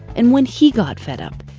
and when he got fed up,